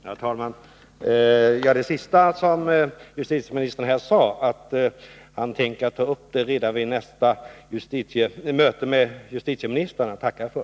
Herr talman! Det sista som justitieministern sade, att han tänker ta upp detta redan vid nästa möte med justitieministrarna, tackar jag för.